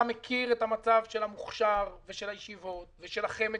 אתה מכיר את המצב של המוכש"ר ושל הישיבות ושל החמ"ד,